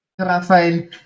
Rafael